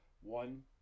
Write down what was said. one